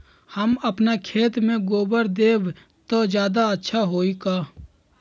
हम अपना खेत में गोबर देब त ज्यादा अच्छा होई का?